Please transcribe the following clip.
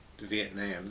Vietnam